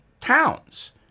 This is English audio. towns